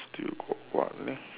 still got what left